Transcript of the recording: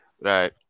right